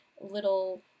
little